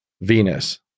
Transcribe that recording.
Venus